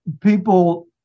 people